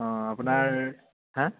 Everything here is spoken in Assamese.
অঁ আপোনাৰ হা